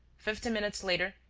fifty minutes later,